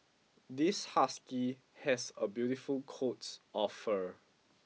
this husky has a beautiful coat of fur